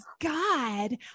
God